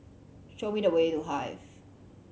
show me the way to The Hive